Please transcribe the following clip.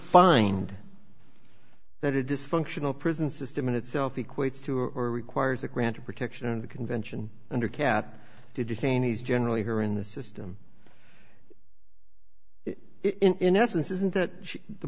find that it dysfunctional prison system in itself equates to or requires a grant of protection of the convention under cap did you think he's generally here in the system in essence isn't that the